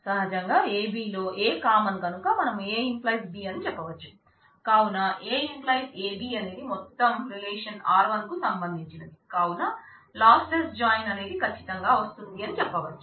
సహజంగా AB లో A common కనుక మనం A→ B అని చెప్పవచ్చు